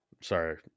Sorry